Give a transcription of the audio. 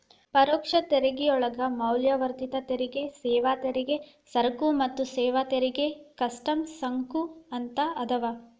ಪರೋಕ್ಷ ತೆರಿಗೆಯೊಳಗ ಮೌಲ್ಯವರ್ಧಿತ ತೆರಿಗೆ ಸೇವಾ ತೆರಿಗೆ ಸರಕು ಮತ್ತ ಸೇವಾ ತೆರಿಗೆ ಕಸ್ಟಮ್ಸ್ ಸುಂಕ ಅಂತ ಅದಾವ